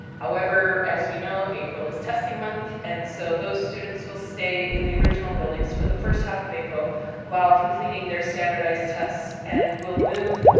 however, as we know, april is testing month. and so those students will stay in the original buildings for the first half of april while completing their standardized tests and will move,